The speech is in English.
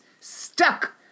stuck